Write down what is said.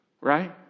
Right